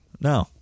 No